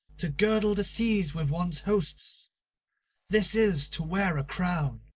to girdle the seas with one's hosts this is to wear a crown!